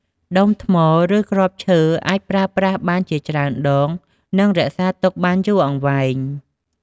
ដុំថ្ម ឬគ្រាប់ឈើអាចប្រើប្រាស់បានជាច្រើនដង និងរក្សាទុកបានយូរអង្វែង។